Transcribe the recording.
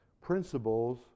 principles